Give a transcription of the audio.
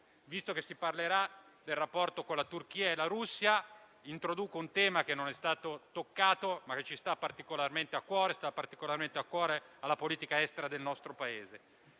visto che si parlerà del rapporto con la Turchia e la Russia, introduco un tema, che non è stato toccato, ma che sta particolarmente a cuore a noi e alla politica estera del nostro Paese.